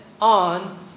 on